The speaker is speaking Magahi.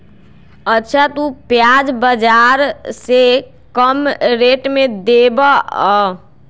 अच्छा तु प्याज बाजार से कम रेट में देबअ?